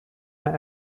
mehr